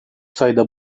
sayıda